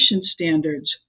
standards